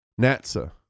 NATSA